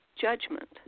judgment